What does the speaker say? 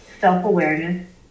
self-awareness